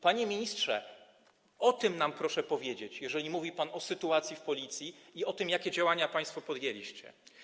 Panie ministrze, o tym nam proszę powiedzieć, jeżeli mówi pan o sytuacji w Policji, i o tym, jakie działania państwo podjęliście.